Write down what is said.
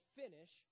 finish